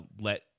let